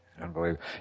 Unbelievable